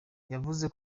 yavuze